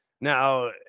now